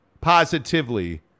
positively